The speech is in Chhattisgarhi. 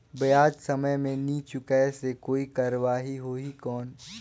ब्याज समय मे नी चुकाय से कोई कार्रवाही होही कौन?